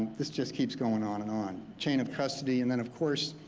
this just keeps going on and on. chain of custody, and then of course